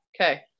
okay